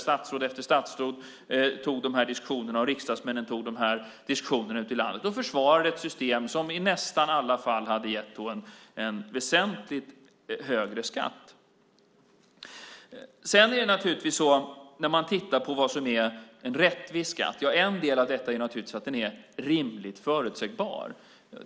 Statsråd efter statsråd och riksdagsmännen tog upp det i diskussionerna och försvarade ett system som i nästan alla fall hade gett en väsentligt högre skatt. Då kan man fråga: Vad är en rättvis skatt? En del i det är att den är rimligt förutsägbar.